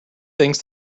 thinks